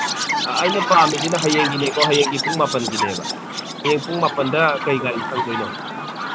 ꯑꯥ ꯑꯩꯅ ꯄꯥꯝꯃꯤꯁꯤꯅ ꯍꯌꯦꯡꯒꯤꯅꯤꯀꯣ ꯍꯌꯦꯡꯒꯤ ꯄꯨꯡ ꯃꯥꯄꯟꯒꯤꯅꯦꯕ ꯍꯌꯦꯡ ꯄꯨꯡ ꯃꯥꯄꯟꯗ ꯀꯔꯤ ꯒꯥꯔꯤ ꯁꯪꯗꯣꯏꯅꯣ